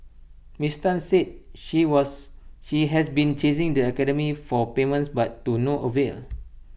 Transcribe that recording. miss Tan said she was she has been chasing the academy for payments but to no avail